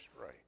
right